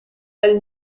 elle